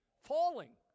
Falling